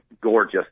gorgeous